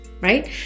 right